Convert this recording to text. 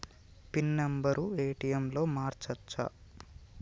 Pin number ATM లో మార్చచ్చా?